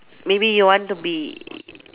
maybe you want to be